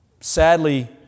sadly